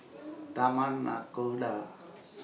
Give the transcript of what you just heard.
Taman Nakhoda